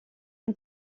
ond